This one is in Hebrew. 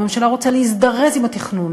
הממשלה רוצה להזדרז עם התכנון.